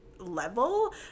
level